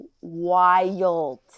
wild